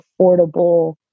affordable